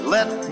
Let